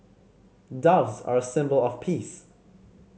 doves are a symbol of peace